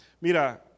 Mira